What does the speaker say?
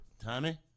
Tommy